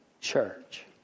church